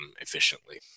efficiently